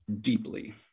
deeply